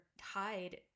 hide